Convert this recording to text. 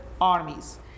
armies